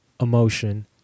emotion